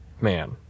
Man